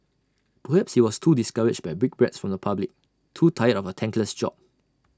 perhaps he was too discouraged by brickbats from the public too tired of A thankless job